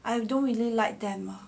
I don't really like them lah